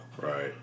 Right